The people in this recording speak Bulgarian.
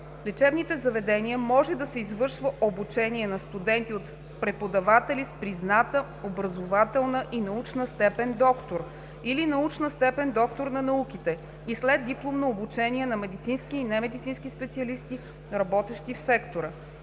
лечебните заведения може да се извършва обучение на студенти от преподаватели с призната образователна и научна степен „доктор“ или научна степен „доктор на науките“ и следдипломно обучение на медицински и немедицински специалисти, работещи в сектора.